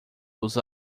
dos